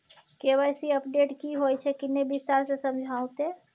KYC update की होय छै किन्ने विस्तार से समझाऊ ते?